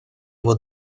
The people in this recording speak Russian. его